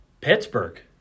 Pittsburgh